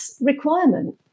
requirement